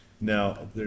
Now